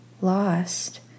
lost